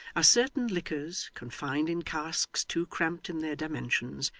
as certain liquors, confined in casks too cramped in their dimensions,